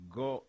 go